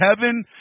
heaven